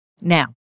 Now